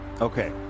Okay